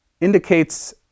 indicates